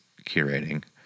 curating